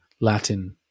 Latin